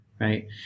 right